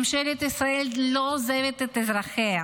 ממשלת ישראל לא עוזבת את אזרחיה.